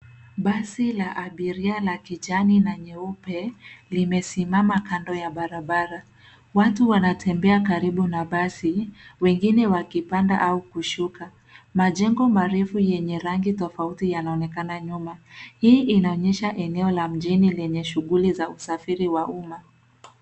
Basi la abiria la kijani na nyeupe limesimama kando ya barabara. Watu wanatembea karibu na basi. Wengine wakipanda au kushuka. Majengo marefu yenye rangi tofauti yanaonekana nyuma. Hii inaonyesha eneo la mjini lenye shughuli za usafiri wa uma.